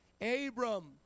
Abram